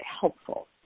helpful